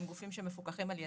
הם גופים שמפוקחים על ידינו,